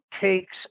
takes